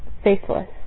Faithless